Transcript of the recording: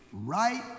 right